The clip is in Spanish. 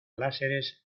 láseres